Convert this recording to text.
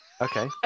okay